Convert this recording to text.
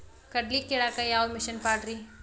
ಕಡ್ಲಿ ಕೇಳಾಕ ಯಾವ ಮಿಷನ್ ಪಾಡ್ರಿ?